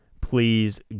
please